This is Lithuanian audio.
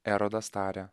erodas tarė